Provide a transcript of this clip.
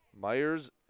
Myers